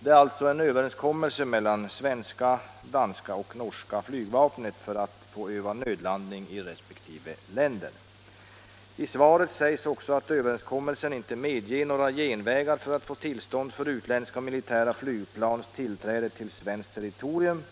Det är alltså en överenskommelse mellan svenska, danska och norska flygvapnen om att öva nödlandning i resp. länder. I svaret sägs också att överenskommelsen ”inte medger några genvägar för att få tillstånd för utländska militära flygplans tillträde till svenskt territorium